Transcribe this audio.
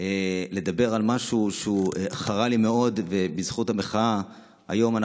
לדבר על משהו שחרה לי מאוד, ובזכות המחאה היום.